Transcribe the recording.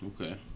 Okay